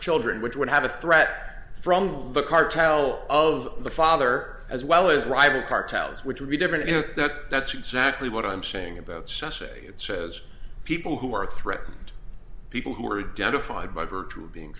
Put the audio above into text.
children which would have a threat from the cartel of the father as well as rival cartels which would be different you know that that's exactly what i'm saying about such a it says people who are threatened people who are down to find by virtue of being